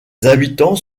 habitants